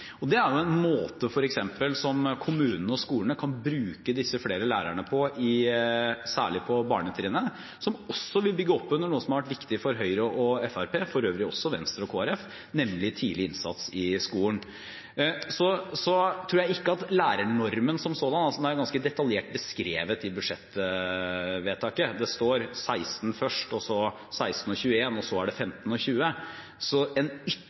Det er f.eks. en måte som kommunene og skolene kan bruke disse flere lærerne på, særlig på barnetrinnet, som også vil bygge opp under noe som har vært viktig for Høyre og Fremskrittspartiet – for øvrig også for Venstre og Kristelig Folkeparti – nemlig tidlig innsats i skolen. Lærernormen som sådan er ganske detaljert beskrevet i budsjettvedtaket, det står 16 først og så 16 og 21, og så er det 15 og 20. En